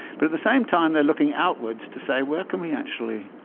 but at the same time, they're looking outwards to say, where can we actually